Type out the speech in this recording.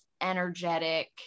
energetic